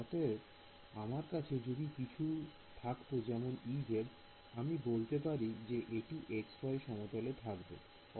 অতএব আমার কাছে যদি কিছু থাকতো যেমন Ez আমি বলতে পারি যে এটি xy সমতলে থাকবে